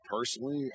personally